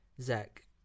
Zach